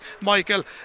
Michael